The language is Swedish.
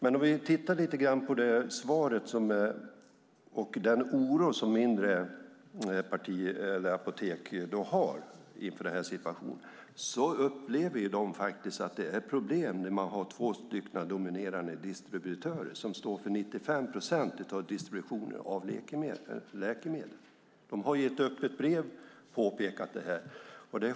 Vi kan titta lite grann på den oro som mindre apotek har inför den här situationen. De upplever faktiskt att det är problem när det finns två dominerande distributörer som står för 95 procent av distributionen av läkemedel. De har i ett öppet brev påpekat det här.